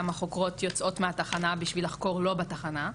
גם החוקרות יוצאות מהתחנה בשביל לחקור לא בתחנה.